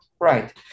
Right